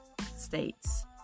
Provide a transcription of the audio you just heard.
states